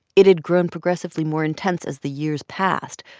it had grown progressively more intense as the years passed.